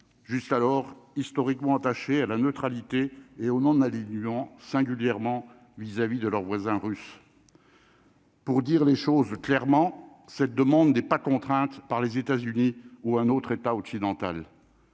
jusqu'alors historiquement attachée à la neutralité et on en a nuance singulièrement vis-à-vis de leur voisin russe, pour dire les choses clairement, cette demande n'est pas contrainte par les États-Unis, ou un autre État occidental.